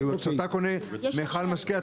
כשאתה קונה מיכל משקה,